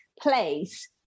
place